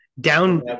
Down